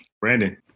Brandon